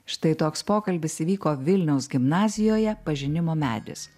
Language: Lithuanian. štai toks pokalbis įvyko vilniaus gimnazijoje pažinimo medis